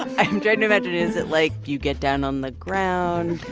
i'm trying to imagine. is it like you get down on the ground,